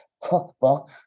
cookbook